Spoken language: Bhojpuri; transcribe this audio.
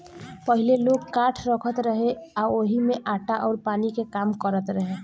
पहिले लोग काठ रखत रहे आ ओही में आटा अउर पानी के काम करत रहे